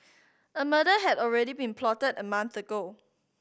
a murder had already been plotted a month ago